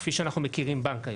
כפי שאנחנו מכירים בנק היום.